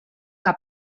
que